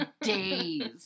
days